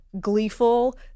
gleeful